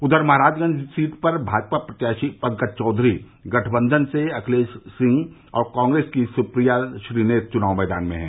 उधर महाराजगंज सीट पर भाजपा प्रत्याशी पंकज चौधरी गठबंधन से अखिलेश सिंह और कांग्रेस की सुप्रिया श्रीनेत चुनाव मैदान में है